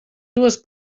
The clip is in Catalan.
dues